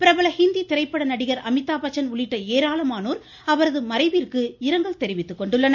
பிரபல ஹிந்தி திரைப்பட நடிகர் அமிதாப் பச்சன் உள்ளிட்ட ஏராளமானோர் அவரது மறைவிந்கு இரங்கல் தெரிவித்துக் கொண்டுள்ளனர்